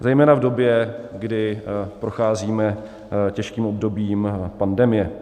Zejména v době, kdy procházíme těžkým obdobím pandemie.